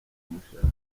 kumushakisha